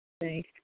Thank